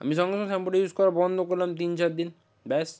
আমি সঙ্গে সঙ্গে শ্যাম্পুটা ইউজ করা বন্ধ করলাম তিন চারদিন ব্যাস